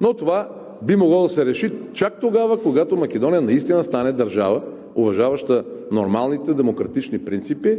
Но това би могло да се реши чак тогава, когато Македония наистина стане държава, уважаваща нормалните демократични принципи,